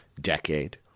decade